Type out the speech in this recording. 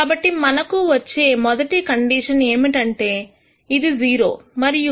కాబట్టి మనకు వచ్చేమొదటి కండిషన్ ఏమిటంటే ఇది 0 మరియు